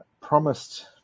Promised